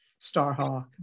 Starhawk